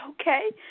Okay